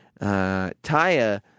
Taya